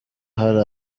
hari